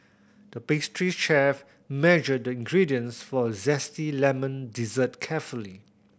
the pastry chef measured the ingredients for a zesty lemon dessert carefully